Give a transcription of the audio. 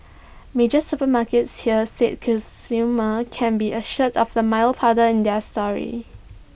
major supermarkets here said consumers can be assured of the milo powder in their stores